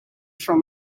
from